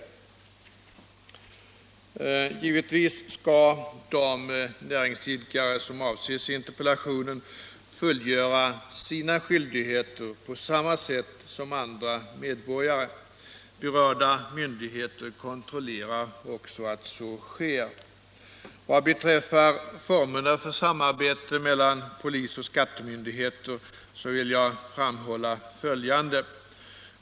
Givetvis skall de näringsidkare som avses i interpellationen fullgöra sina skyldigheter på samma sätt som andra medborgare. Berörda myndigheter kontrollerar också att så sker. Vad beträffar formerna för samarbete mellan polis och skattemyndigheter vill jag framhålla följande.